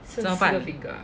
怎么办